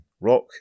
Rock